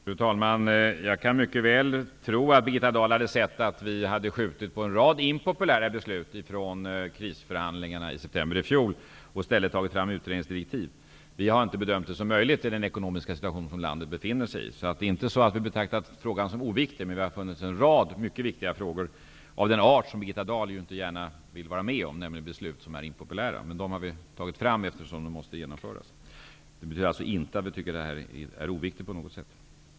Fru talman! Jag kan mycket väl tro att Birgitta Dahl gärna hade sett att vi hade skjutit på en rad impopulära beslut från krisförhandlingarna i september i fjol och i stället tagit fram utredningsdirektiv. Vi har inte bedömt det som möjligt i den ekonomiska situation som landet befinner sig i. Vi betraktar alltså inte frågan som oviktig, men det har funnits en rad mycket viktigare frågor av den art som Birgitta Dahl inte gärna vill vara med om, nämligen beslut som är impopulära. Men dessa frågor har vi tagit fram, eftersom de måste genomföras. Det betyder alltså inte att vi tycker att detta är oviktigt på något sätt.